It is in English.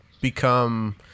become